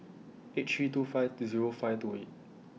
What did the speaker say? eight three two five Zero five two eight